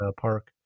Park